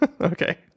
Okay